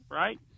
right